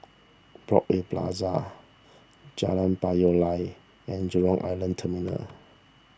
Broadway Plaza Jalan Payoh Lai and Jurong Island Terminal